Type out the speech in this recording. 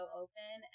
open